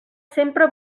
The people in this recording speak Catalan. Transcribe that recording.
sempre